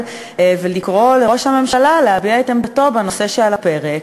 ולקרוא לראש הממשלה להביע את עמדתו בנושא שעל הפרק,